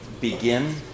begin